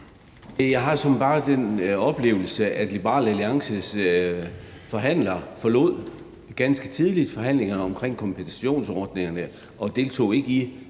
Jeg har sådan bare den oplevelse, at Liberal Alliances forhandler ganske tidligt forlod forhandlingerne omkring kompensationsordningerne og ikke